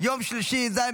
ארבעה נוכחים.